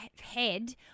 head